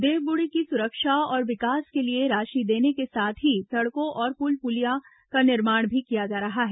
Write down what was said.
देवगुड़ी की सुरक्षा और विकास के लिए राशि देने के साथ ही सड़कों और पुल पुलियां का निर्माण भी किया जा रहा है